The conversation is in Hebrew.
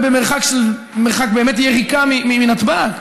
באמת במרחק יריקה מנתב"ג.